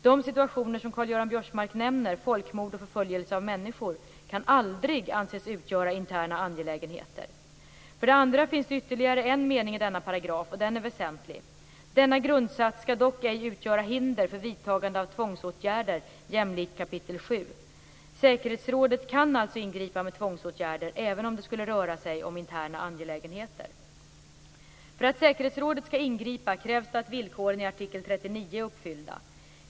De situationer som Karl-Göran Biörsmark nämner, folkmord och förföljelse av människor, kan aldrig anses utgöra interna angelägenheter. För det andra finns det ytterligare en mening i denna paragraf, och den är väsentlig: "Denna grundsats skall dock ej utgöra hinder för vidtagande av tvångsåtgärder jämlikt kapitel VII." Säkerhetsrådet kan alltså ingripa med tvångsåtgärder även om det skulle röra sig om interna angelägenheter. För att säkerhetsrådet skall ingripa krävs det att villkoren i artikel 39 är uppfyllda.